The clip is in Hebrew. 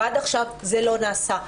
ועד עכשיו זה לא נעשה.